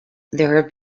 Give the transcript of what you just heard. there